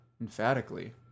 Emphatically